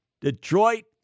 Detroit